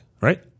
right